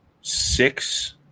six